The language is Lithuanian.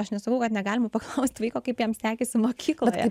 aš nesakau kad negalima paklausti vaiko kaip jam sekėsi mokykloje